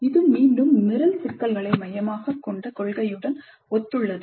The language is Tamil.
இது மீண்டும் Merrill சிக்கல்களை மையமாகக் கொண்ட கொள்கையுடன் ஒத்துள்ளது